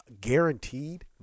Guaranteed